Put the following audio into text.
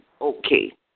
Okay